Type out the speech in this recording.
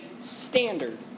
standard